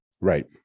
right